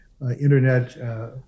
internet